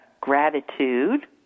gratitude